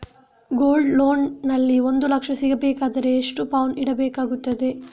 Gold loan ನಲ್ಲಿ ಒಂದು ಲಕ್ಷ ಸಿಗಬೇಕಾದರೆ ಎಷ್ಟು ಪೌನು ಇಡಬೇಕಾಗುತ್ತದೆ?